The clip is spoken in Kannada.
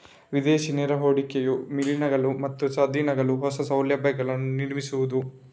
ವಿದೇಶಿ ನೇರ ಹೂಡಿಕೆಯು ವಿಲೀನಗಳು ಮತ್ತು ಸ್ವಾಧೀನಗಳು, ಹೊಸ ಸೌಲಭ್ಯಗಳನ್ನು ನಿರ್ಮಿಸುವುದು